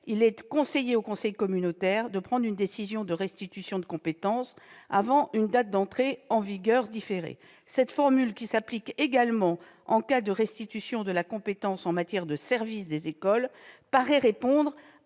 il est conseillé au conseil communautaire de prendre une décision de restitution de compétence avec une date d'entrée en vigueur différée. Cette formule, qui s'applique également en cas de restitution de la compétence en matière de service des écoles, paraît répondre